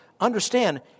understand